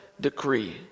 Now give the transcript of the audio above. decree